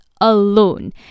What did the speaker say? alone